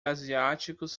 asiáticos